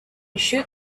shoot